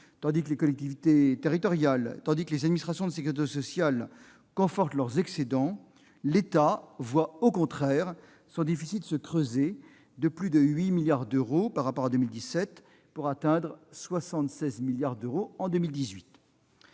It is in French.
tandis que les collectivités territoriales et les administrations de sécurité sociale confortent leurs excédents, l'État, au contraire, voit son déficit se creuser de plus de 8 milliards d'euros par rapport à 2017, pour atteindre 76 milliards d'euros en 2018.